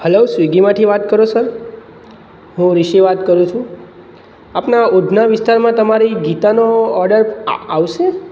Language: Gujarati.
હલો સ્વીગીમાંથી વાત કરો સર હું રિશી વાત કરું છું આપણા ઉધના વિસ્તારમાં તમારી ગીતાનો ઓર્ડર આવશે